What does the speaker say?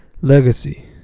Legacy